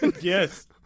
Yes